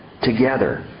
together